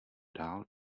dál